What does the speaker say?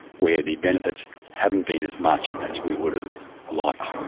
where the benefits haven't been as much as we would have liked.